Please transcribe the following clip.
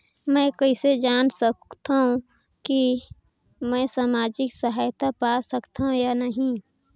मै कइसे जान सकथव कि मैं समाजिक सहायता पा सकथव या नहीं?